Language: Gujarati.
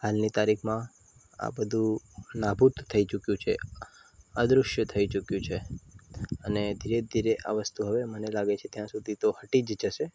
હાલની તારીખમાં આ બધુ નાબૂદ થઈ ચૂક્યું છે અદૃશ્ય થઇ ચૂક્યું છે અને ધીરે ધીરે આ વસ્તુ હવે મને લાગે છે ત્યાં સુધી તો હટી જ જશે